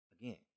again